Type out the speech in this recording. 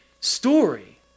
story